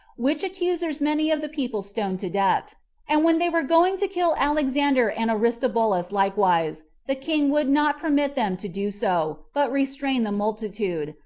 which accusers many of the people stoned to death and when they were going to kill alexander and aristobulus likewise, the king would not permit them to do so, but restrained the multitude,